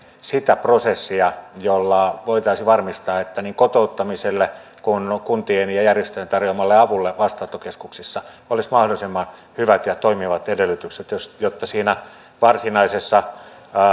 sitä prosessia jolla voitaisiin varmistaa että niin kotouttamiselle kuin kuntien ja järjestöjen tarjoa malle avulle vastaanottokeskuksissa olisi mahdollisimman hyvät ja toimivat edellytykset jotta onnistuttaisiin siinä varsinaisessa